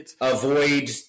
avoid